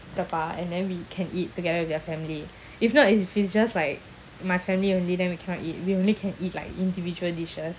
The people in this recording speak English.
papa and then we can eat together with their family if not if it's just like my family only then we cannot eat we only can eat like individual dishes